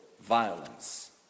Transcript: violence